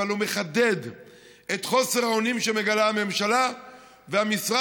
אבל הוא מחדד את חוסר האונים שמגלה הממשלה והמשרד,